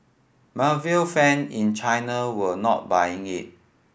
marvel fan in China were not buying it